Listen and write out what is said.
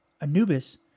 Anubis